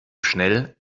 schnell